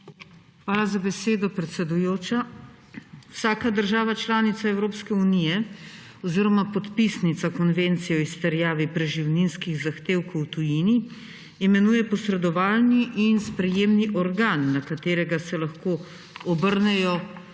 Hvala za besedo, predsedujoča. Vsaka država članica Evropske unije oziroma podpisnica Konvencije o izterjavi preživninskih zahtevkov v tujini, imenuje posredovalni in sprejemni organ, na katerega se lahko obrnejo